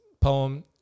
poem